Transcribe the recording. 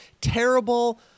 terrible